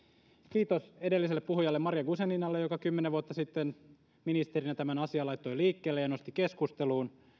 kiitos edelliselle puhujalle maria guzeninalle joka kymmenen vuotta sitten ministerinä tämän asian laittoi liikkeelle ja nosti keskusteluun